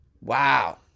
Wow